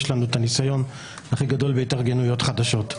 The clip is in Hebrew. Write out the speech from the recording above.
יש לנו את הניסיון הכי גדול בהתארגנויות חדשות.